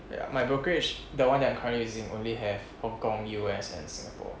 ya my brokerage that one I am currently using only have hong kong U_S and singapore